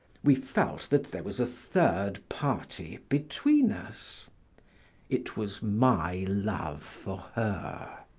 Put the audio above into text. we felt that there was a third party between us it was my love for her.